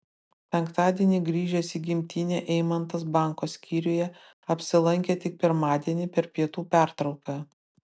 penktadienį grįžęs į gimtinę eimantas banko skyriuje apsilankė tik pirmadienį per pietų pertrauką